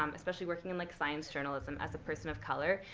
um especially working in like science journalism, as a person of color,